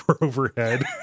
overhead